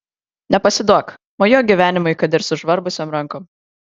nepasiduok mojuok gyvenimui kad ir sužvarbusiom rankom